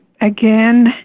again